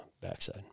backside